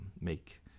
make